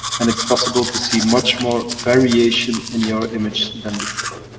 and it's possible to see much more variation in your image than before.